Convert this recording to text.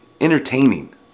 Entertaining